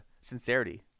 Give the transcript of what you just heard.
sincerity